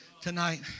tonight